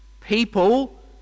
People